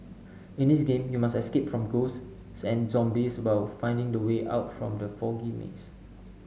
in this game you must escape from ghosts and zombies while finding the way out from the foggy maze